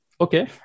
Okay